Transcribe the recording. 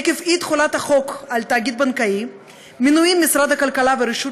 עקב אי-תחולת החוק על תאגיד בנקאי מנועים משרד הכלכלה והרשות